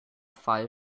fall